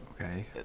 okay